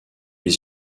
les